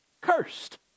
cursed